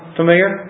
familiar